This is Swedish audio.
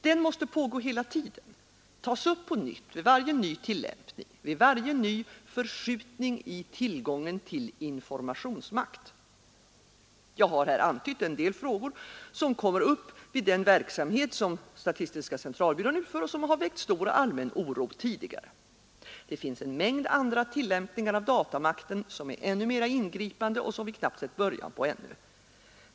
Den måste pågå hela tiden och tas upp på nytt vid varje ny tillämpning, vid varje ny förskjutning i tillgången till informationsmakt. Jag har här antytt en del frågor som kommer upp vid den verksamhet som statistiska centralbyrån utför och som tidigare har väckt stor och allmän oro. Det finns en mängd andra tillämpningar av datamakten som är ännu mera ingripande och som vi knappt sett början på ännu.